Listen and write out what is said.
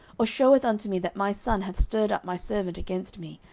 or sheweth unto me that my son hath stirred up my servant against me,